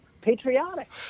patriotic